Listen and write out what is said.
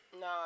No